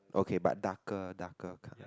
okay but darker darker colour